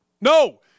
No